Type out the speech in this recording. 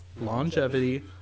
longevity